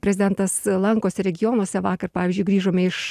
prezidentas lankosi regionuose vakar pavyzdžiui grįžome iš